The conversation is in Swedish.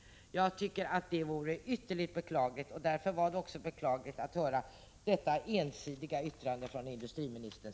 Jag tycker att det vore ytterligt beklagligt. Mot den bakgrunden var det också beklagligt att höra det ensidiga yttrandet från industriministern.